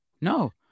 No